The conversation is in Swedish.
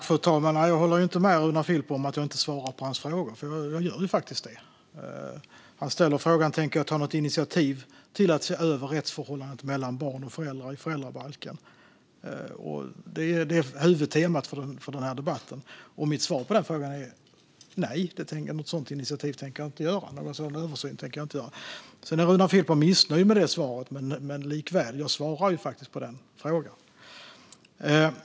Fru talman! Jag håller inte med Runar Filper om att jag inte svarar på hans frågor. Jag gör ju faktiskt det. Han frågar om jag tänker ta något initiativ till att se över rättsförhållandet mellan barn och föräldrar i föräldrabalken - det är huvudtemat för denna debatt. Mitt svar på den frågan är nej, något sådant initiativ tänker jag inte ta. Någon sådan översyn tänker jag inte göra. Runar Filper är missnöjd med det svaret, men jag svarar likväl på frågan.